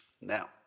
Now